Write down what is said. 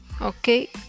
Okay